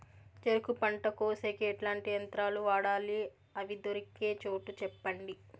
చెరుకు పంట కోసేకి ఎట్లాంటి యంత్రాలు వాడాలి? అవి దొరికే చోటు చెప్పండి?